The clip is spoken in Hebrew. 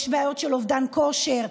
שיש בעיות של אובדן כושר,